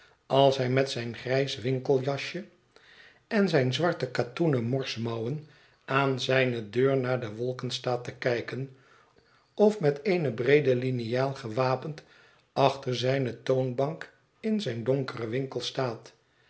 als hij met zijn grijs winkeljasje en zijne zwarte katoenen morsmouwen aan zijne deur naar de wolken staat te kijken of met eene breede liniaal gewapend achter zijne toonbank in zijn donkeren winkel staat